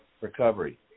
recovery